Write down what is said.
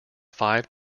five